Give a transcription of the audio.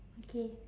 K